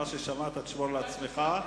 מה ששמעת תשמור לעצמך.